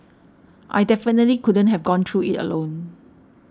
I definitely couldn't have gone through it alone